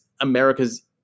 America's